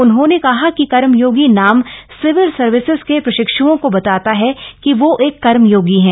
उन्होंने कहा कि कर्मयोगी नाम सिविल सर्विसेज के प्रशिक्षुओं को बताता है कि वो एक कर्मयोगी हैं